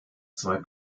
zwei